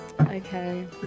Okay